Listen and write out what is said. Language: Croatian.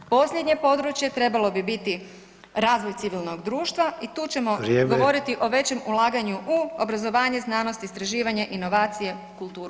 Posljednje područje trebalo bi biti razvoj civilnog društva i [[Upadica Sanader: Vrijeme.]] tu ćemo govoriti o većem ulaganju u obrazovanje, znanost, istraživanje, inovacije, kulturu i sport.